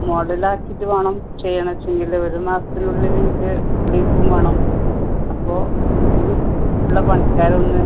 model ആക്കിയിട്ട് വേണം ചെയ്യണം വെച്ചെങ്കിൽ ഒരു മാസത്തിനുള്ളിൽ എനിക്ക് തീർക്കും വേണം അപ്പോൾ ഉള്ള പണിക്കാരൊന്ന്